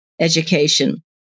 education